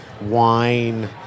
wine